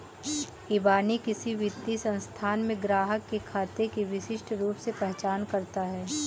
इबानी किसी वित्तीय संस्थान में ग्राहक के खाते की विशिष्ट रूप से पहचान करता है